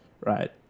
right